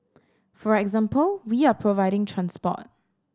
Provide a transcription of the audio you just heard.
for example we are providing transport